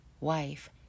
wife